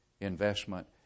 investment